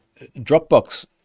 Dropbox